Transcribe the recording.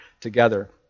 together